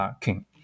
king